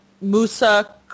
Musa